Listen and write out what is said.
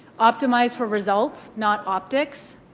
optimize for results, not optics.